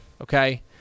Okay